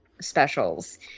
specials